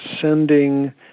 sending